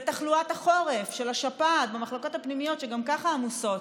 לתחלואת החורף של השפעת במחלקות הפנימיות שגם ככה עמוסות.